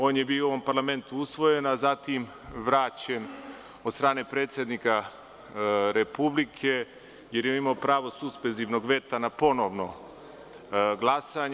On je bio u ovom parlamentu usvojen, a zatim vraćen od strane predsednika Republike, jer je on imao pravo suspenzivnog veta na ponovno glasanje.